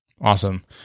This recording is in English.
Awesome